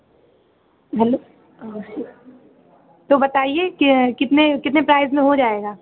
hello तो बताइए कितने प्राइस में हो जाएगा